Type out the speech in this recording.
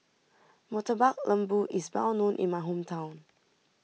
Murtabak Lembu is well known in my hometown